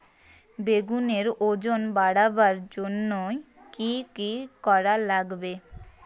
বেগুনের ওজন বাড়াবার জইন্যে কি কি করা লাগবে?